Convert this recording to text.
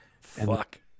fuck